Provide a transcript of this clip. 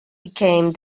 became